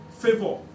favor